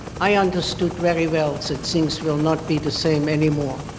i understand very well that things will not be the same anymore.